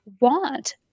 want